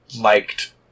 liked